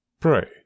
Pray